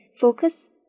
focus